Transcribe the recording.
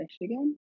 Michigan